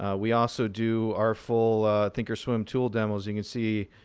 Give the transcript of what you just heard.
ah we also do our full thinkorswim tool demos. you can see